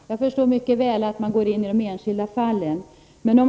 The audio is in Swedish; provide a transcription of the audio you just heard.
Herr talman! Jag förstår mycket väl att det är de enskilda fallen som behandlas.